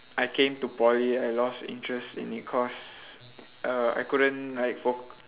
I came to poly I lost interest in it cause err I couldn't like foc~